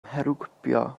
herwgipio